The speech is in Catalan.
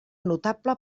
notable